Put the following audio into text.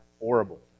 horrible